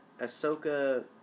Ahsoka